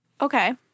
Okay